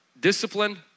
discipline